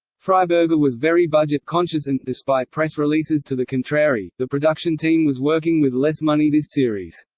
freiberger was very budget-conscious and, despite press releases to the contrary, the production team was working with less money this series.